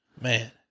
Man